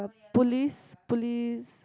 police police